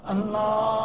Allah